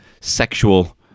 sexual